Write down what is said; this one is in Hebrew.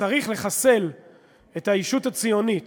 שצריך לחסל את הישות הציונית